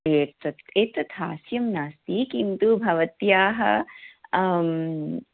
एतत् एतत् हास्यं नास्ति किन्तु भवत्याः